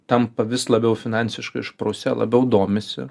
tampa vis labiau finansiškai išprusę labiau domisi